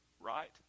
Right